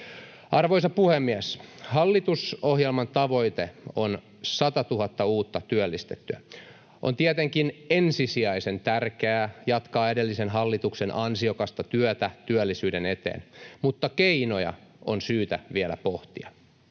Arvoisa puhemies! Hallitusohjelman tavoite on 100 000 uutta työllistettyä. On tietenkin ensisijaisen tärkeää jatkaa edellisen hallituksen ansiokasta työtä työllisyyden eteen, mutta keinoja on syytä vielä pohtia.